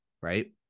right